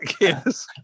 Yes